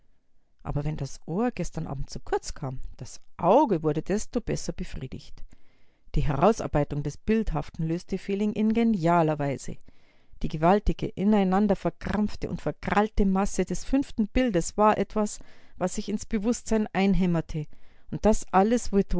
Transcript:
aber wenn das ohr gestern abend zu kurz kam das auge wurde desto besser befriedigt die herausarbeitung des bildhaften löste fehling in genialer weise die gewaltige ineinander verkrampfte und verkrallte masse des fünften bildes war etwas was sich ins bewußtsein einhämmerte und alles